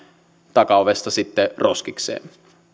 takaovesta sitten roskikseen